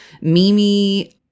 Mimi